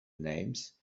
names